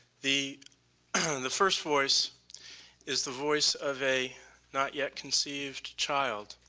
the and the first voice is the voice of a not yet conceived child.